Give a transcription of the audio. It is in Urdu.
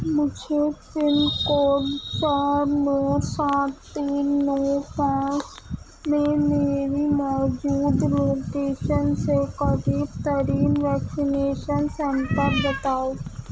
مجھے پن کوڈ چار نو سات تین نو پانچ میں میری موجود لوکیشن سے قریب ترین ویکسینیشن سینٹر بتاؤ